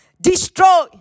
destroy